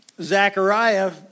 Zechariah